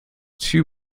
two